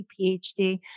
PhD